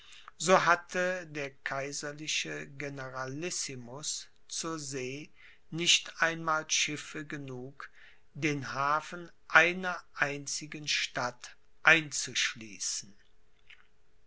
so hatte der kaiserliche generalissimus zur see nicht einmal schiffe genug den hafen einer einzigen stadt